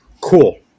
Cool